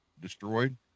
destroyed